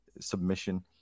submission